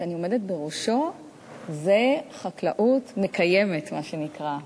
שאני עומדת בראשו הוא חקלאות מקיימת, מה שנקרא.